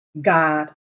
God